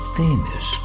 famous